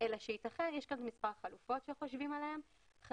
אלא שיש כאן מספר חלופות כשחושבים עליהן כאשר